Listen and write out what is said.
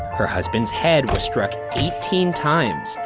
her husband's head was struck eighteen times,